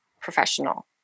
professional